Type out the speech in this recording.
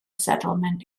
settlement